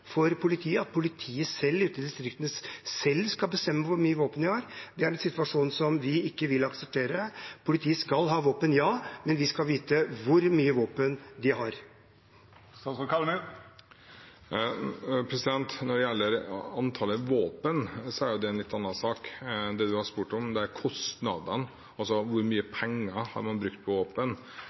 for politiet at politiet ute i distriktene selv skal bestemme hvor mye våpen de har. Det er en situasjon som vi ikke vil akseptere. Politiet skal ha våpen – ja. Men vi skal vite hvor mange våpen de har. Når det gjelder antallet våpen, er det en litt annen sak. Det du har spurt om, er kostnadene, altså hvor mye penger man har brukt på